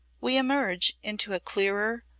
we emerge into a clearer,